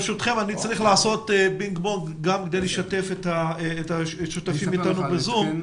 ברשותכם אני צריך לעשות פינג פונג גם כדי לשתף את השותפים איתנו בזום.